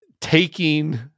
taking